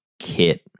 kit